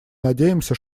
надеемся